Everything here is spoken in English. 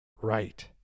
Right